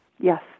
yes